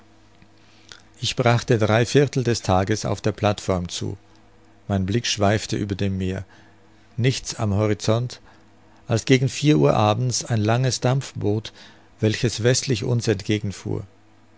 ich brachte drei viertel des tages auf der plateform zu mein blick schweifte über dem meer nichts am horizont als gegen vier uhr abends ein langes dampfboot welches westlich uns